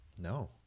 No